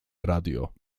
radio